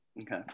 Okay